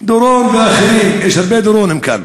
דורון ואחרים, יש הרבה דורונים כאן,